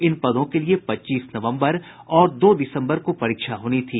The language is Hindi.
इन पदों के लिए पच्चीस नवम्बर और दो दिसम्बर को परीक्षा होनी थी